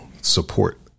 support